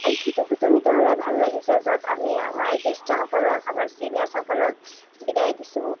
ভিতৰি ভিতৰি হ'লে ভাল লাগিছে য'ত আমি আমাৰ জেষ্ঠ্যসকলক আমাৰ চিনিয়ৰচ সকলক বিদায় দিছোঁ